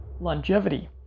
Longevity